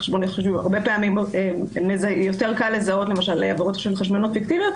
הרבה פעמים יותר קל לזהות עבירות של חשבוניות פיקטיביות,